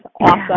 awesome